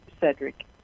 Cedric